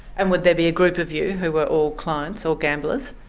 and would there be a group of you who were all clients, all gamblers?